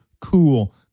cool